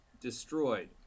destroyed